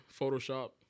Photoshop